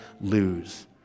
lose